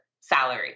salary